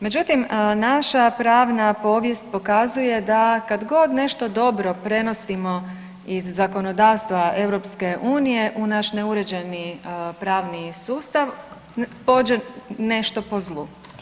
Međutim, naša pravna povijest pokazuje da kad god nešto dobro prenosimo iz zakonodavstva EU u naš neuređeni pravni sustav pođe nešto po zlu.